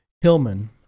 Hillman